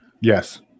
Yes